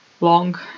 long